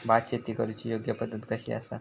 भात शेती करुची योग्य पद्धत कशी आसा?